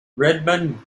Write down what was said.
redmond